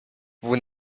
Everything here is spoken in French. vous